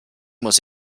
muss